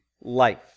life